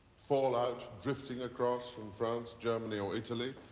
fallout drifting across from france, germany, or italy,